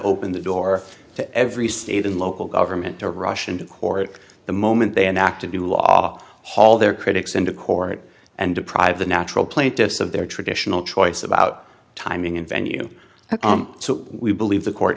open the door to every state and local government to rush into court the moment they enacted the law haul their critics into court and deprive the natural plaintiffs of their traditional choice about timing and venue so we believe the court